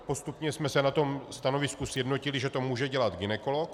Postupně jsme se na tom stanovisku sjednotili, že to může dělat gynekolog.